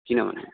किनभने